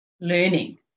learning